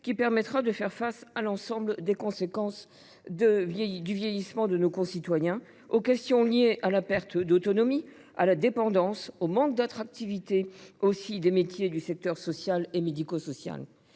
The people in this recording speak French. qui permettra de faire face à l’ensemble des conséquences du vieillissement de nos concitoyens, aux questions liées à la perte d’autonomie, à la dépendance, mais aussi au manque d’attractivité des métiers du secteur social et médico social.